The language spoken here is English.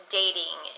dating